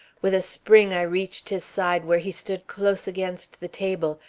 with a spring i reached his side where he stood close against the table,